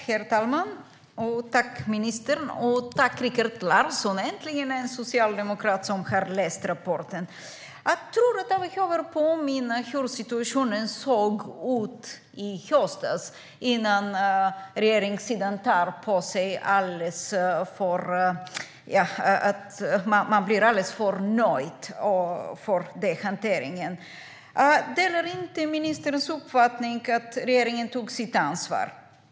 Herr talman! Jag tackar ministern. Jag tackar också Rikard Larsson. Äntligen en socialdemokrat som har läst rapporten! Jag tror att jag behöver påminna om hur situationen såg ut i höstas, innan regeringssidan blir alldeles för nöjd med hanteringen. Jag delar inte ministerns uppfattning att regeringen tog sitt ansvar.